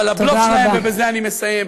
אבל הבלוף שלהם ובזה אני מסיים,